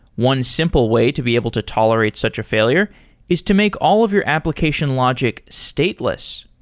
one simple way to be able to tolerate such a failure is to make all of your application logic stateless.